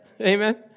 Amen